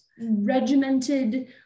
regimented